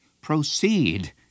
Proceed